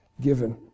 given